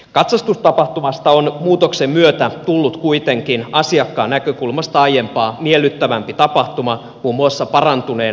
katsastustapahtumasta on muutoksen myötä tullut kuitenkin asiakkaan näkökulmasta aiempaa miellyttävämpi tapahtuma muun muassa parantuneen asiakaspalvelun myötä